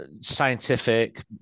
scientific